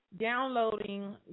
downloading